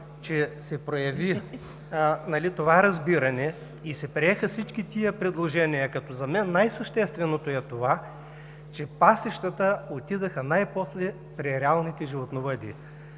че се прояви това разбиране и се приеха всички тези предложения, като за мен най-същественото е, че пасищата отидоха най-после при реалните животновъди.